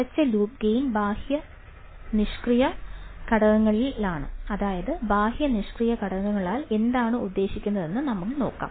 അടച്ച loop gain ബാഹ്യ നിഷ്ക്രിയ ഘടകങ്ങളിലാണ് അതായത് ബാഹ്യ നിഷ്ക്രിയ ഘടകങ്ങളാൽ എന്താണ് ഉദ്ദേശിക്കുന്നതെന്ന് നമ്മൾ കണ്ടു